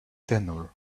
tenor